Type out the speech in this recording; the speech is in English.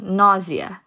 nausea